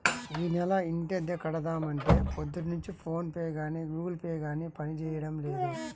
యీ నెల ఇంటద్దె కడదాం అంటే పొద్దున్నుంచి ఫోన్ పే గానీ గుగుల్ పే గానీ పనిజేయడం లేదు